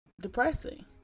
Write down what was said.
depressing